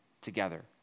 together